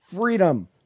freedom